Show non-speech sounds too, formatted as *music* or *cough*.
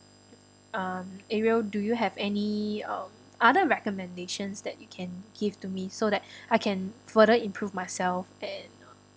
um ariel do you have any um other recommendations that you can give to me so that *breath* I can further improve myself and